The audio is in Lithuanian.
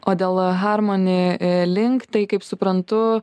o dėl harmoni link tai kaip suprantu